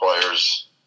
players